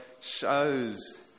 shows